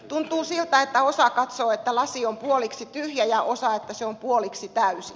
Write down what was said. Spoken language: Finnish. tuntuu siltä että osa katsoo että lasi on puoliksi tyhjä ja osa että se on puoliksi täysi